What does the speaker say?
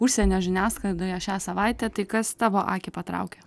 užsienio žiniasklaidoje šią savaitę tai kas tavo akį patraukė